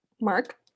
Mark